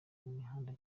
mihanda